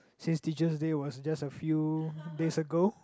since Teacher's Day was just a few days ago